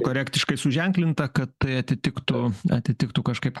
korektiškai suženklinta kad atitiktų atitiktų kažkaip